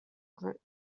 group